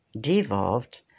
devolved